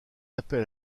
appel